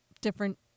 different